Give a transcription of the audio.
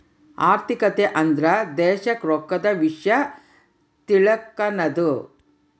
ಆರ್ಥಿಕತೆ ಅಂದ್ರ ದೇಶದ್ ರೊಕ್ಕದ ವಿಷ್ಯ ತಿಳಕನದು